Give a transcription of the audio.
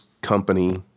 company